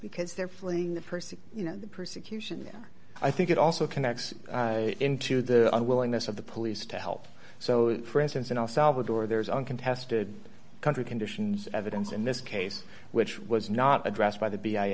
because they're fleeing the person you know the persecution i think it also connects into the unwillingness of the police to help so for instance in el salvador there's uncontested country conditions evidence in this case which was not addressed by the b i